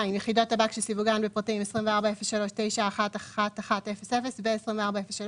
יחידות טבק שסיווגן בפרטים 24.03.911100 ו-24.03.992100,